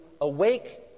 awake